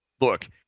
look